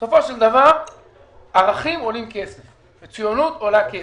בסופו של דבר ערכים עולים כסף וציונות עולה כסף.